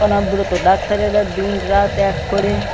অনবরত ডাক্তারেরা দিন রাত এক করে